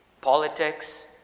politics